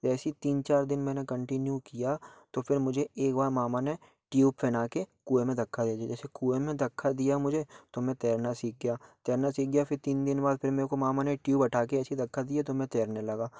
ऐसे ही तीन चार दिन मैंने कंटिन्यू किया तो फिर मुझे एक बार मामा ने ट्यूब पहना के कुएं में धक्का दे दिया जैसे कुएं में धक्का दिया मुझे तो मैं तैरना सीख गया तैरना सीख गया फिर तीन दिन बाद फिर मेरे को मामा ने ट्यूब हटा के ऐसे ही धक्का दिया तो मैं तैरने लगा